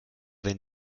wenn